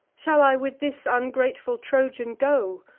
shall i with this ungrateful trojan go,